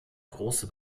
grosse